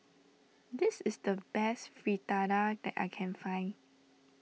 this is the best Fritada that I can find